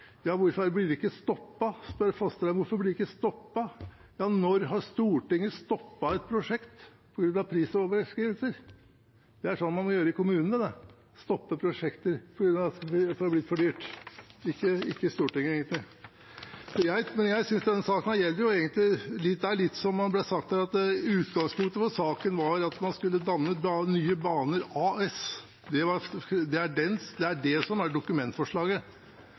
ja, hvorfor blir det ikke stoppet, spør Fasteraune. Hvorfor blir det ikke stoppet? Ja, når har Stortinget stoppet et prosjekt på grunn av prisoverskridelser? Det er sånn man må gjøre i kommunene det, å stoppe prosjekter fordi det har blitt for dyrt, ikke i Stortinget, egentlig. Men det er litt som det ble sagt her, at utgangspunktet for denne saken var at man skulle danne Nye Baner AS. Det er det som er dokumentforslaget.